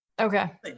Okay